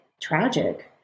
tragic